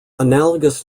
analogous